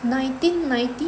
nineteen ninety